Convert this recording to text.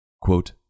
Quote